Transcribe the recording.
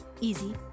easy